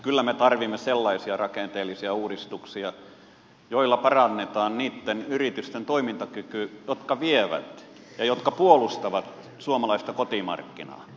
kyllä me tarvitsemme sellaisia rakenteellisia uudistuksia joilla parannetaan niitten yritysten toimintakykyä jotka vievät ja jotka puolustavat suomalaista kotimarkkinaa